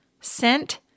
scent